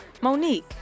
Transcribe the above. Monique